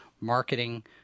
marketing